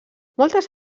moltes